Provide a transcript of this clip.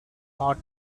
hot